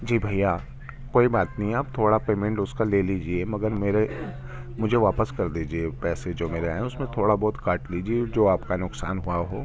جی بھیا کوئی بات نہیں آپ تھوڑا پیمنٹ اس کا لے لیجیے مگر میرے مجھے واپس کر دیجیے پیسے جو میرے ہیں اس میں تھوڑا بہت کاٹ لیجیے جو آپ کا نقصان ہوا ہو